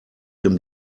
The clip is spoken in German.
dem